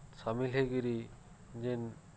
ସାମିଲ୍ ହେଇକରି ଯେନ୍